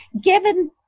given